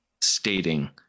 stating